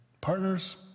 partners